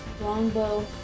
longbow